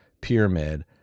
pyramid